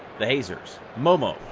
the hazers, momo,